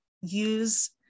Use